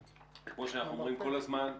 כמו שאנחנו אומרים כל הזמן,